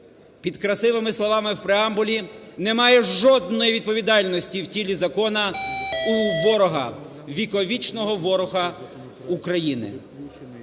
Під красивими словами в преамбулі немає жодної відповідальності в тілі закону у ворога, віковічного ворога України.